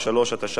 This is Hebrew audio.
התשע"ב 2012,